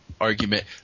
argument